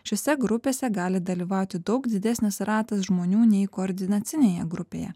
šiose grupėse gali dalyvauti daug didesnis ratas žmonių nei koordinacinėje grupėje